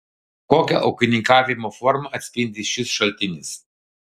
kokią ūkininkavimo formą atspindi šis šaltinis